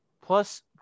Plus